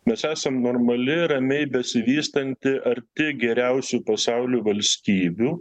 mes esam normali ramiai besivystanti arti geriausių pasaulio valstybių